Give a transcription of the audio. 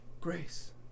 Grace